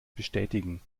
bestätigen